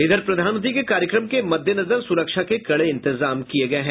इधर प्रधानमंत्री के कार्यक्रम के मद्देनजर सुरक्षा के कड़े इंतजाम किये गये हैं